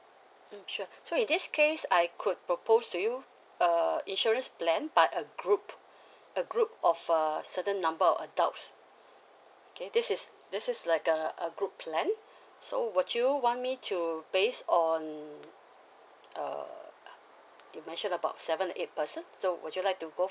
mm sure so in this case I could propose to you err insurance plan but a group a group of err certain number of adults okay this is this is like a a group plan so would you want me to base on err you mentioned about seven or eight person so would you like to go